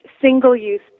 single-use